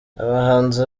abahanzi